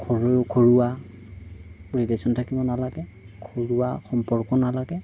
ঘৰ ঘৰুৱা ৰিলেশ্য়ন থাকিব নালাগে ঘৰুৱা সম্পৰ্ক নালাগে